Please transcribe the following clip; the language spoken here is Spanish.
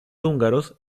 húngaros